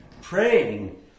praying